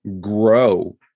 grow